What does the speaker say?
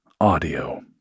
audio